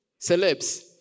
Celebs